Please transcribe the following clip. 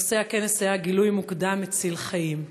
נושא הכנס היה "גילוי מוקדם מציל חיים".